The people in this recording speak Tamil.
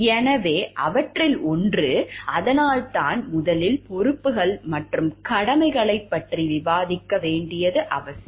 எனவே அவற்றில் ஒன்று அதனால்தான் முதலில் பொறுப்புகள் மற்றும் கடமைகளைப் பற்றி விவாதிக்க வேண்டியது அவசியம்